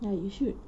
ya you should